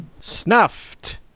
Snuffed